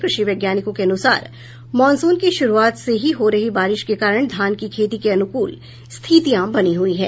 कृषि वैज्ञानिकों के अनुसार मॉनसून की शुरूआत से हीं हो रही बारिश के कारण धान की खेती के अनुकूल स्थितियां बनी हैं